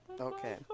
Okay